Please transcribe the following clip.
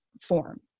form